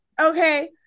okay